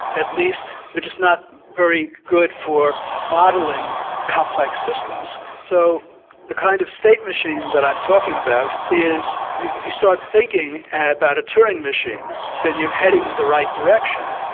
at least they're just not very good for modeling complex systems. so the kind of state machine that i'm talking about is if you start thinking about a turing machine, then you're heading in the right direction.